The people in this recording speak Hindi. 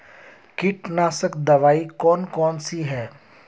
कीटनाशक दवाई कौन कौन सी हैं?